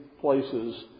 places